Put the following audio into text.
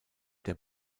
der